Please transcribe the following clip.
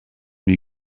wir